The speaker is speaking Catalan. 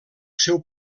seu